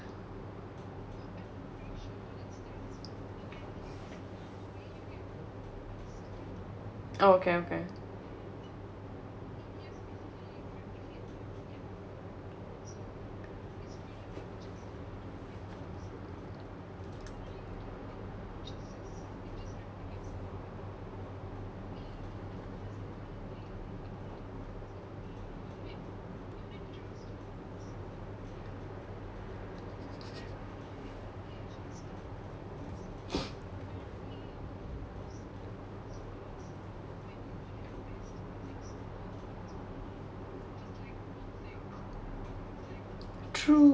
oh okay okay true